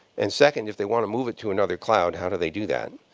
and second, if they want to move it to another cloud, how do they do that?